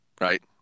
right